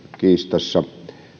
kiistassa